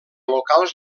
locals